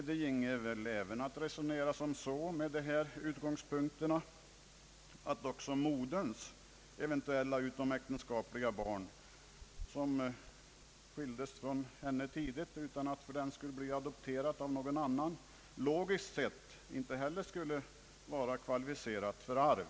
Med dessa utgångspunkter skulle man väl också kunna tänka sig att även moderns eventuella utomäktenskapliga barn, som skildes från henne tidigt utan att fördenskull ha blivit adopterade av någon annan, logiskt sett inte heller skulle vara kvalificerade för arv.